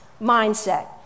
mindset